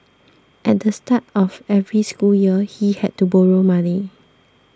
at the start of every school year he had to borrow money